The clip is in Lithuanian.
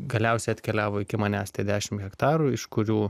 galiausiai atkeliavo iki manęs tie dešim hektarų iš kurių